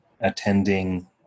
attending